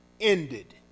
ended